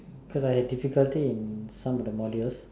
cause I have difficulties in some of the modules